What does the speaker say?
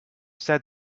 said